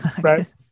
Right